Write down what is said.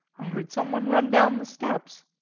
i heard some one run down the steps.